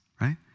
right